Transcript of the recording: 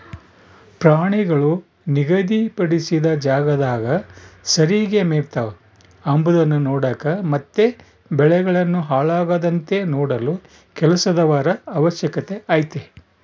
ಪ್ರಾಣಿಗಳು ನಿಗಧಿ ಪಡಿಸಿದ ಜಾಗದಾಗ ಸರಿಗೆ ಮೆಯ್ತವ ಅಂಬದ್ನ ನೋಡಕ ಮತ್ತೆ ಬೆಳೆಗಳನ್ನು ಹಾಳಾಗದಂತೆ ನೋಡಲು ಕೆಲಸದವರ ಅವಶ್ಯಕತೆ ಐತೆ